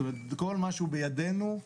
כל מה שהוא בידנו,